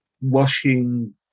washing